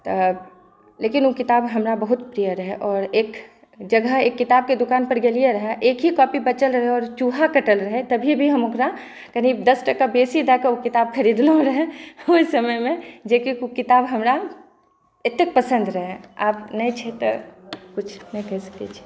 तऽ लेकिन ओ किताब हमरा बहुत प्रिय रहै आओर एक जगह एक किताबके दोकानपर गेलिए रहै एक ही कॉपी बचल रहै आओर चूहा काटल रहै तभी भी हम ओकरा कनी दस टाका बेसी दऽ कऽ ओ किताब खरीदलहुँ रहै ओहि समयमे जेकि ओ किताब हमरा एतेक पसन्द रहै आब नहि छै तऽ किछु नहि कहि सकै छी